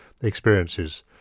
experiences